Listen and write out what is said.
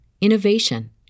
innovation